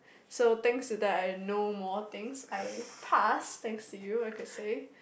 so thanks to that I know more things I passed thanks to you I could say